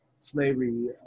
slavery